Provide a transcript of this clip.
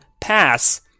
pass